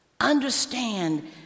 Understand